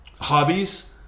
Hobbies